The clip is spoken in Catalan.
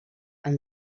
amb